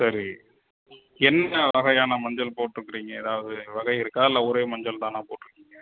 சரி என்ன வகையான மஞ்சள் போட்டுருக்குறீங்க ஏதாவது வகை இருக்கா இல்லை ஒரே மஞ்சள் தானா போட்டுருக்கீங்க